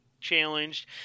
challenged